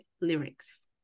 lyrics